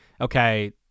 okay